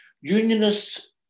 Unionists